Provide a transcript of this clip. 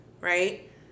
right